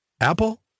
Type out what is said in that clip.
Apple